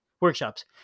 Workshops